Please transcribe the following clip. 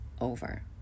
over